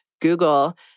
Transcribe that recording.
Google